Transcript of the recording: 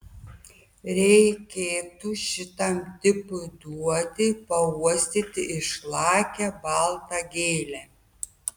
reikėtų šitam tipui duoti pauostyti išlakią baltą gėlę